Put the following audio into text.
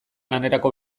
lanerako